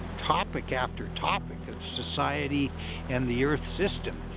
topic after topic of society and the earth system.